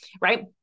right